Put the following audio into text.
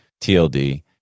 TLD